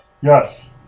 Yes